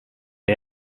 der